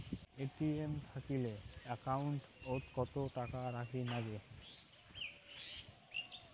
ATM থাকিলে account ওত কত টাকা রাখীর নাগে?